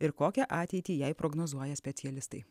ir kokią ateitį jai prognozuoja specialistai